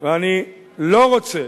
ואני לא רוצה